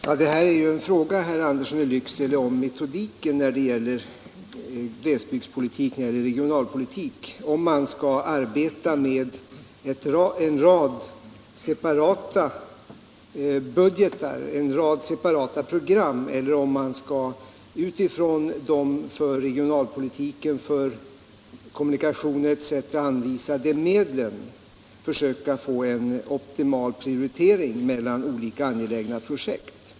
Herr talman! Det är ju här, herr Andersson i Lycksele, en fråga om metodik när det gäller glesbygds och regionalpolitik. Man kan diskutera om man skall arbeta med separata budgeter för en rad separata program, eller om man utifrån de för regionalpolitiken — för kommunikationer etc. — anvisade medlen skall försöka få en optimal prioritering mellan olika angelägna projekt.